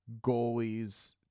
goalies